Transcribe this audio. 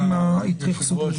הכול אופציונלי.